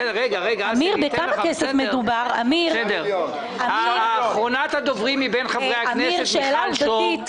אמיר דהן, שאלה עובדתית: